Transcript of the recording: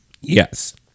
Yes